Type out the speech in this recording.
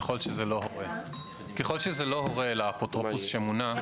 ככל שזה לא הורה לאפוטרופוס שמונה.